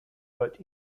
but